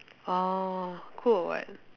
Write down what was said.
ah cool or what